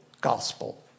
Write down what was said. gospel